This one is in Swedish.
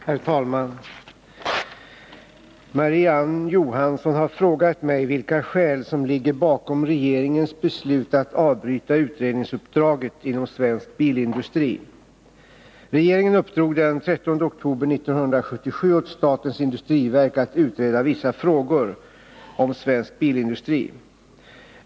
Herr talman! Marie-Ann Johansson har frågat mig vilka skäl som ligger bakom regeringens beslut att avbryta utredningsuppdraget om svensk bilindustri. Regeringen uppdrog den 13 oktober 1977 åt statens industriverk att utreda vissa frågor om svensk bilindustri.